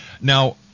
Now